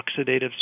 oxidative